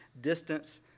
distance